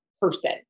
Person